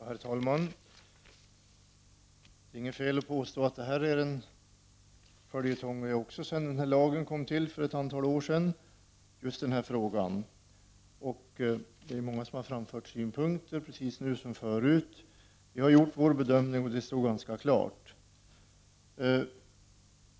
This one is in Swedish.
Herr talman! Det är inget fel att påstå att just denna fråga är en följetong sedan denna lag kom till för ett antal år sedan. Många har framfört synpunkter, nu som förr. Vi har gjort vår bedömning, och den står ganska klar.